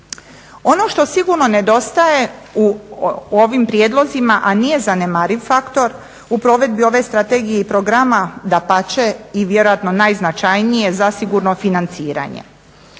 Ono što sigurno nedostaje u ovim prijedlozima a nije zanemariv faktor u provedbi ove Strategije i programa dapače i vjerojatno najznačajnije zasigurno financiranje.